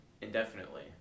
indefinitely